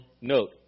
note